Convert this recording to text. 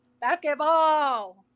Basketball